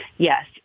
Yes